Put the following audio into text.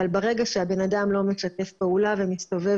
אבל ברגע שהבן אדם לא משתף פעולה ומסתובב